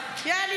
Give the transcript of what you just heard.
יעני,